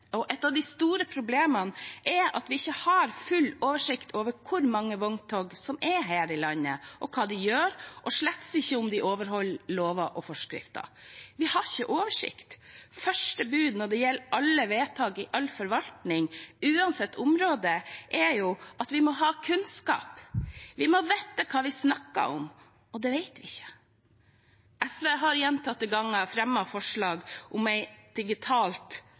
og slett ikke om de overholder lover og forskrifter. Vi har ikke oversikt. Første bud når det gjelder alle vedtak i all forvaltning, uansett område, er at vi må ha kunnskap. Vi må vite hva vi snakker om, og det vet vi ikke. SV har gjentatte ganger fremmet forslag om et digitalt